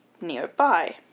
nearby